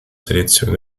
selezione